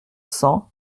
cents